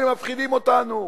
אלה מפחידים אותנו,